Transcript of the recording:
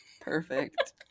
Perfect